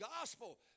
gospel